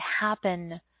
happen